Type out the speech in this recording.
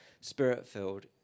Spirit-filled